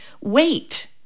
Wait